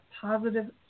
positive